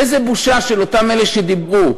איזו בושה של אותם אלה שדיברו.